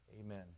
Amen